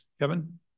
kevin